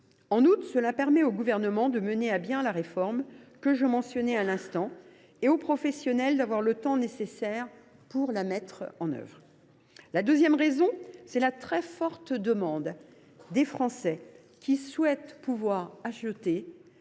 En outre, cela permet au Gouvernement de mener à bien la réforme que je mentionnais à l’instant et aux professionnels d’avoir le temps nécessaire de la mettre en œuvre. La seconde raison, c’est la très forte demande des Français, qui souhaitent pouvoir acheter